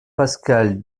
pascal